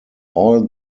all